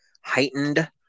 heightened